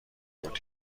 بودیم